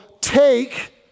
take